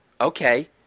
okay